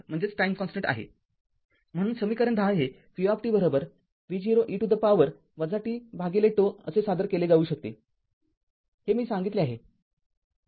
म्हणूनसमीकरण १० हे v v0 e to the power tζ असे सादर केले जाऊ शकते हे मी सांगितले आहे